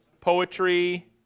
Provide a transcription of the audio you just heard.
poetry